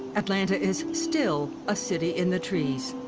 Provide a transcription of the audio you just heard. atlanta is still a city in the trees.